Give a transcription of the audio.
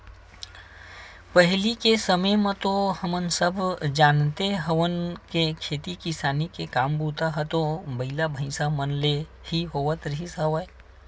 पहिली के समे म तो हमन सब जानते हवन के खेती किसानी के काम बूता ह तो बइला, भइसा मन ले ही होवत रिहिस हवय